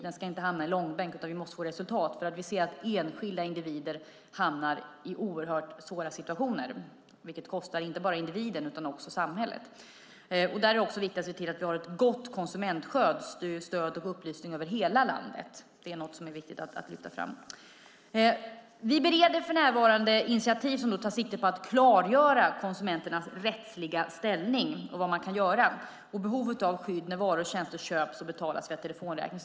Den ska inte hamna i långbänk, utan vi måste få resultat, för vi ser att enskilda individer hamnar i oerhört svåra situationer, vilket kostar inte bara individen utan också samhället. Där är det också viktigt att se till att vi har ett gott konsumentstöd och upplysning över hela landet. Det är någonting som är viktigt att lyfta fram. Vi bereder för närvarande initiativ som tar sikte på att klargöra konsumenternas rättsliga ställning och vad man kan göra samt behovet av skydd när varor och tjänster köps och betalas via telefonräkning.